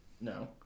No